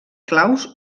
claus